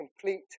complete